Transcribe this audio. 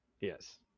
Yes